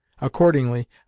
Accordingly